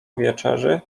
wieczerzy